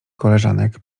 koleżanek